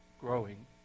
growing